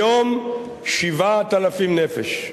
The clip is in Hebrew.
היום, 7,000 נפש.